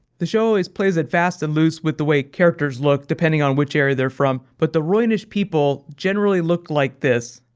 the show always plays it fast and loose with the way characters look, depending on which area they're from, but the rhoynish people generally look like this.